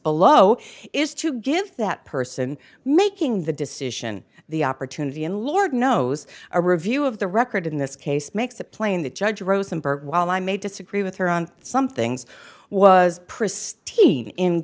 below is to give that person making the decision the opportunity and lord knows a review of the record in this case makes it plain that judge rosenberg while i may disagree with her on some things was